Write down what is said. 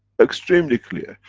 extremely clear.